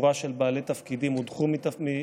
שורה של בעלי תפקידים הודחו מתפקידם,